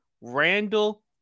Randall